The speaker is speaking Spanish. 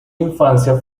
infancia